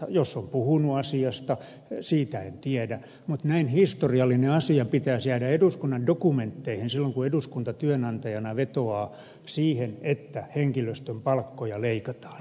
onko se puhunut asiasta siitä en tiedä mutta näin historiallisen asian pitäisi jäädä eduskunnan dokumentteihin silloin kun eduskunta työnantajana vetoaa siihen että henkilöstön palkkoja leikataan